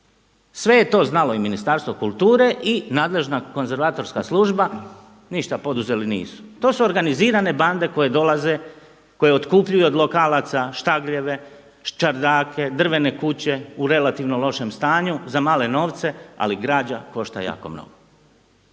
Sve je to znalo i Ministarstvo kulture i nadležna konzervatorska služba, ništa poduzeli nisu. To su organizirane bande koje dolaze koje otkupljuju od lokalaca štagljeve, čardake, drvene kuće u relativno lošem stanju za male novce ali građa košta jako mnogo.